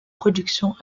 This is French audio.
production